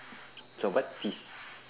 so what feast